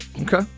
Okay